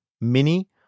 mini